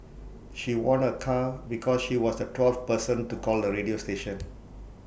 she won A car because she was the twelfth person to call the radio station